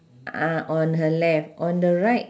ah on her left on the right